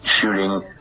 shooting